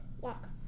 walk